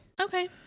Okay